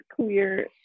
clear